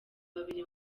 babiri